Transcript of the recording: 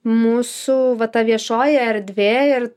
mūsų va ta viešoji erdvė ir